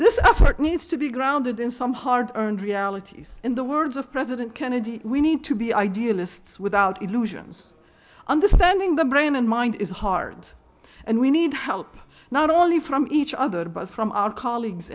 this effort needs to be grounded in some hard earned realities in the words of president kennedy we need to be idealists without illusions understanding the brain and mind is hard and we need help not only from each other but from our colleagues